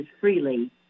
freely